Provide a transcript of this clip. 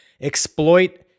exploit